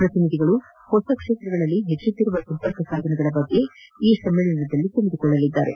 ಪ್ರತಿನಿಧಿಗಳು ಹೊಸ ಕ್ಷೇತ್ರಗಳಲ್ಲಿ ಹೆಚ್ಚುತ್ತಿರುವ ಸಂಪರ್ಕ ಸಾಧನಗಳ ಬಗ್ಗೆ ಈ ಸಮ್ಮೇಳನದಲ್ಲಿ ತಿಳಿದು ಕೊಳ್ಳಲಿದ್ದಾರೆ